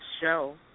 show